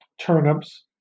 turnips